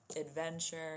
adventure